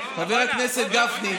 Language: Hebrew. חבר הכנסת גפני,